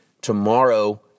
Tomorrow